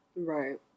Right